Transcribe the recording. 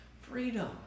freedom